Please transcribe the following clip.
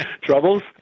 troubles